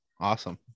Awesome